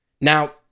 Now